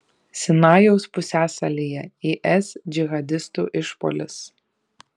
sinajaus pusiasalyje is džihadistų išpuolis